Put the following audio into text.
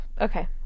Okay